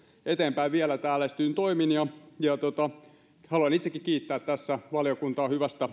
eteenpäin vielä täällä esitetyin toimin haluan itsekin kiittää tässä valiokuntaa hyvästä